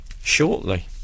shortly